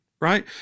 right